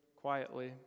quietly